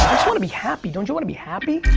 just want to be happy, don't you want to be happy?